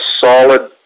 solid